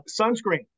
sunscreen